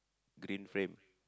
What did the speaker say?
green frame